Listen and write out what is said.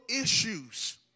issues